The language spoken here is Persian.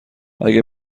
اگه